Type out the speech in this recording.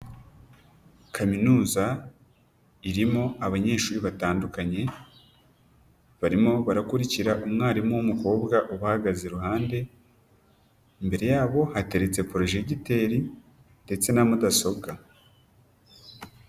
Kaminuza irimo abanyeshuri batandukanye, barimo barakurikira umwarimu w'umukobwa ubahagaze iruhande, imbere yabo hateretse porojegiteri ndetse na mudasobwa.